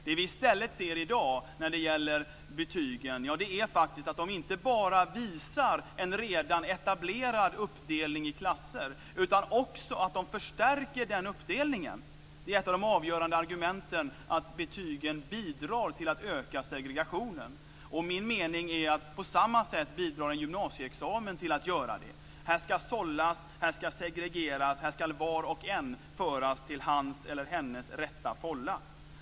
Det vi i stället ser i dag när det gäller betygen är att de inte bara visar en redan etablerad uppdelning i klasser utan också förstärker den uppdelningen. Det är ett av de avgörande argumenten, nämligen att betygen bidrar till att öka segregationen. Min mening är att en gymnasieexamen på samma sätt bidrar till att göra det. Här ska sållas. Här ska segregeras. Här ska var och en föras till sin rätta fålla.